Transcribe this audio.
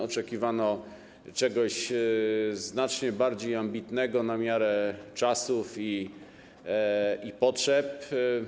Oczekiwano czegoś znacznie bardziej ambitnego, na miarę czasów i potrzeb.